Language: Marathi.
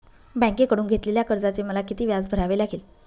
बँकेकडून घेतलेल्या कर्जाचे मला किती व्याज भरावे लागेल?